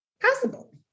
possible